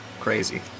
crazy